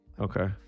Okay